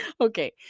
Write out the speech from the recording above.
okay